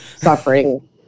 suffering